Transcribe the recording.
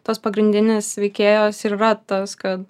tas pagrindinis veikėjas ir yra tas kad